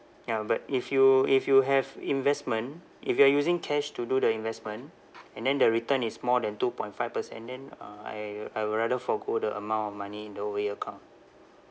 ya but if you if you have investment if you are using cash to do the investment and then the return is more than two point five percent then uh I I would rather forgo the amount of money in the O_A account